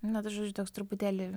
na tai žodžiu toks truputėlį